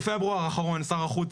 בפברואר האחרון שר החוץ,